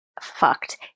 fucked